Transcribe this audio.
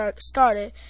started